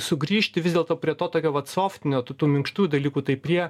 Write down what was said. sugrįžti vis dėlto prie to tokio vat softinio tų tų minkštų dalykų tai prie